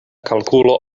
kalkulo